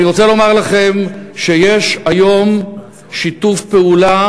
אני רוצה לומר לכם שיש היום שיתוף פעולה